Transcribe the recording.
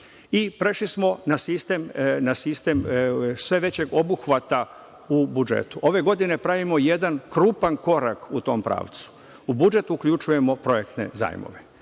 i prešli smo na sistem sve većeg obuhvata u budžetu. Ove godine pravimo jedan krupan korak u tom pravcu. U budžet uključujemo projekte zajmove.